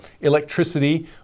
electricity